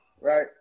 Right